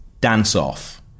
Dance-off